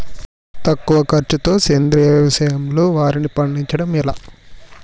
తక్కువ ఖర్చుతో సేంద్రీయ వ్యవసాయంలో వారిని పండించడం ఎలా?